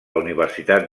universitat